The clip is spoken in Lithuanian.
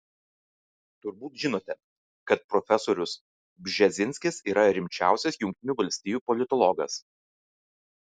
turbūt žinote kad profesorius bžezinskis yra rimčiausias jungtinių valstijų politologas